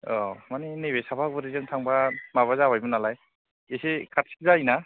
औ मानि नैबे साफागुरिजों थांबा माबा जाबायमोन नालाय एसे खाथिसिन जायो ना